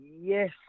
Yes